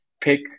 pick